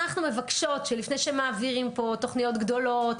אנחנו מבקשות שלפני שמעבירים פה תוכניות גדולות,